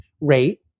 rate